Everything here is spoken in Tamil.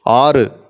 ஆறு